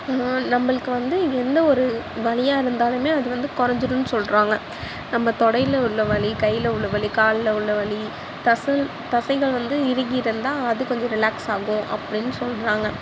நம்பளுக்கு வந்து எந்த ஒரு வலியாக இருந்தாலும் அது வந்து குறஞ்சுரும்னு சொல்கிறாங்க நம்ம தொடையில் உள்ள வலி கையில் உள்ள வலி காலில் உள்ள வலி தசில் தசைகள் வந்து இறுகி இருந்தால் அது கொஞ்சம் ரிலாக்ஸ் ஆகும் அப்படின்னு சொல்கிறாங்க